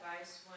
advice